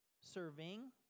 serving